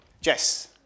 Jess